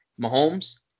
Mahomes